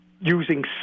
using